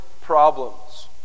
problems